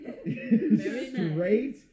Straight